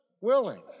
willing